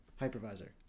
Hypervisor